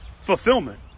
fulfillment